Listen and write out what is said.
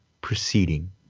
Proceeding